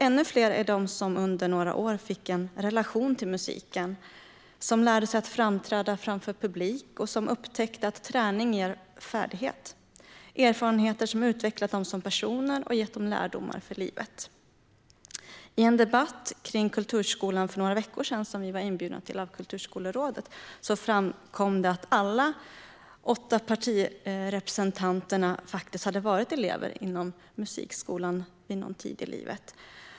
Ännu fler är de som under några år fick en relation till musiken, som lärde sig att framträda framför publik och som upptäckte att träning ger färdighet. Det är erfarenheter som utvecklat dem som personer och gett dem lärdomar för livet. I en debatt om kulturskolan för några veckor sedan, som vi var inbjudna till av Kulturskolerådet, framkom det att alla åtta partirepresentanterna hade varit elever inom musikskolan vid någon tid i livet.